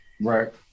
Right